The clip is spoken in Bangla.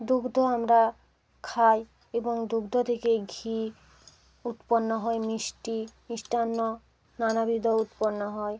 দুগ্ধ আমরা খাই এবং দুগ্ধ থেকে ঘি উৎপন্ন হয় মিষ্টি মিষ্টান্ন নানাবিধ উৎপন্ন হয়